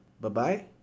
bye-bye